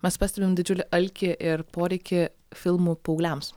mes pastebim didžiulį alkį ir poreikį filmų paaugliams